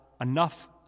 enough